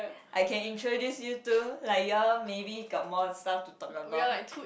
I can introduce you too like you all maybe got more stuff to talk about